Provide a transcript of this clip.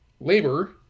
labor